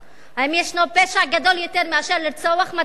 האם ישנו פשע גדול יותר מאשר לרצוח מדענים?